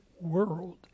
world